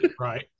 Right